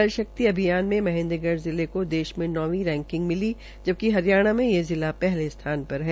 जल शक्ति अभियान में महेन्द्रगढ़ जिले को देश में नौवीं रैकिंग मिली जबकि हरियाणा मे से जिला पहले स्थान पर है